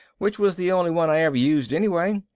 which was the only one i ever used anyway.